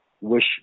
wish